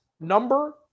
number